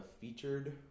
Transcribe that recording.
featured